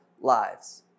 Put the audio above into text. lives